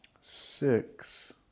six